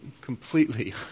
completely